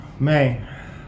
Man